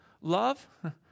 love